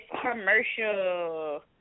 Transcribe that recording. commercial